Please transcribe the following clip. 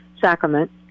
sacrament